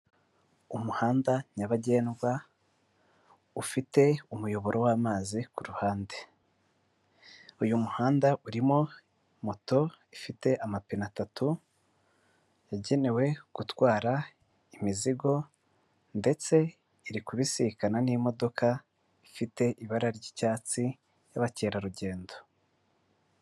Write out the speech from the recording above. Umuhanda nyabagendwa ufite umuyoboro w'amazi ku ruhande. Uyu muhanda urimo moto ifite amapine atatu yagenewe gutwara imizigo ndetse irikubisikana n'imodoka ifite ibara ry'icyatsi y'abakerarugendo.